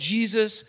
Jesus